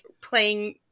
playing